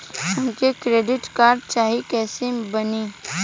हमके credit card चाही कैसे बनी?